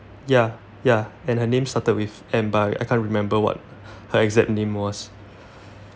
ya ya and her name started with M but I can't remember what her exact name was